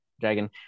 Dragon